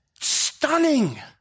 stunning